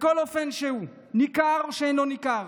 בכל אופן שהוא, ניכר ושאינו ניכר,